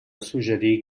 suggerir